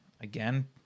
again